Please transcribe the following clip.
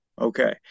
Okay